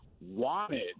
wanted